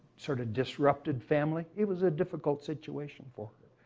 sort of, disrupted family. it was a difficult situation for